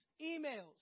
emails